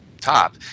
top